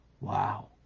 Wow